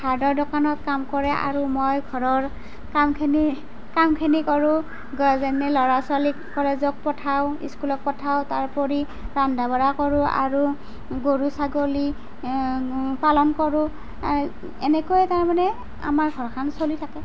hardware দোকানত কাম কৰে আৰু মই ঘৰৰ কামখিনি কামখিনি কৰোঁ যেনে ল'ৰা ছোৱালীক কলেজত পঠাওঁ স্কুলত পঠাওঁ তাৰোপৰি ৰন্ধা বঢ়া কৰোঁ আৰু গৰু ছাগলী পালন কৰোঁ এনেকৈয়ে তাৰ মানে আমাৰ ঘৰখন চলি থাকে